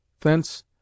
Thence